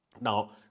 Now